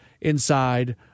inside